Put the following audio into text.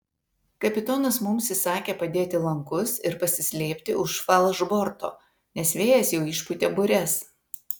kapitonas mums įsakė padėti lankus ir pasislėpti už falšborto nes vėjas jau išpūtė bures